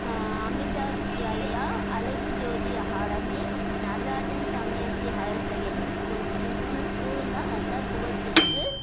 Amrita Vidyalaya Alagujothi academy Natarajan Damayanti higher secondary school இது மூணு ஸ்கூலுந்தான் நல்லா புகழ்பெற்று